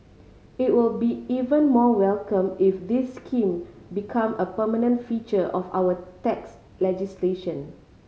it will be even more welcome if this scheme become a permanent feature of our tax legislation